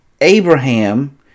Abraham